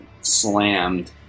slammed